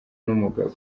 n’umugabo